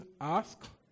ask